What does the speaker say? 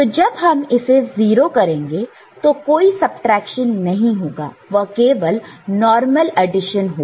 तो जब हम इसे 0 करेंगे तो कोई सबट्रैक्शन नहीं होगा वह केवल नॉर्मल एडिशन होगा